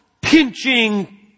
pinching